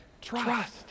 Trust